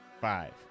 Five